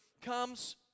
comes